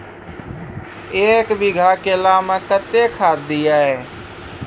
एक बीघा केला मैं कत्तेक खाद दिये?